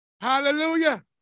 Hallelujah